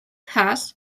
has